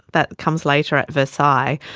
that comes later at versailles.